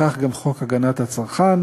וכך גם חוק הגנת הצרכן,